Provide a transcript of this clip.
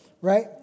right